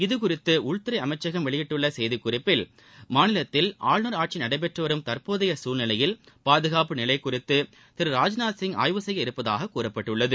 இது குறித்து உள்துறை அமைச்சகம் வெளியிட்டுள்ள செய்திக் குறிப்பில் மாநிலத்தில் ஆளுநர் ஆட்சி நடைபெற்றவரும் தற்போதைய சூழ்நிலையில் பாதுகாப்பு நிலை குறித்து திரு ராஜ்நாத் சிங் ஆய்வு செய்ய உள்ளதாக கூறப்பட்டுள்ளது